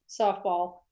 softball